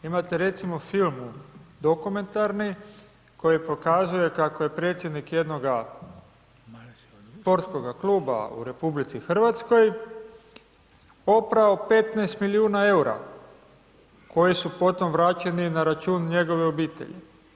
Imate recimo film dokumentarni koji pokazuje kako je predsjednik jednoga sportskoga kluba u RH oprao 15 milijuna EUR-a koji su potom vraćeni na račun njegove obitelji.